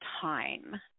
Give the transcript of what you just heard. time